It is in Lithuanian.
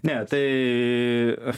ne tai